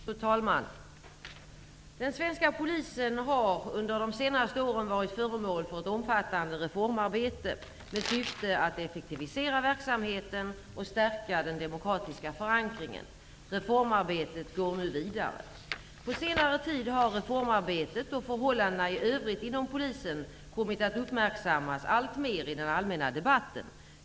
Fru talman! Den svenska polisen har under de senaste åren varit föremål för ett omfattande reformarbete med syfte att effektivisera verksamheten och stärka den demokratiska förankringen. Reformarbetet går nu vidare. På senare tid har reformarbetet och förhållandena i övrigt inom polisen kommit att uppmärksammas alltmer i den allmänna debatten.